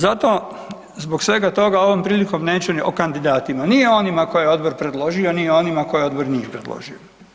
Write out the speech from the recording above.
Zato zbog svega toga ovom prilikom neću ni o kandidatima, ni o onima koje je odbor predložio, ni o onima koje odbor nije predložio.